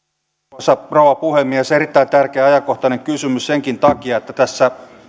arvoisa rouva puhemies erittäin tärkeä ja ajankohtainen kysymys senkin takia että tässä